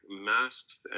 masks